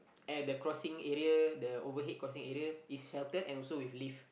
at the crossing area the overhead crossing area it's sheltered and also with lift